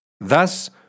Thus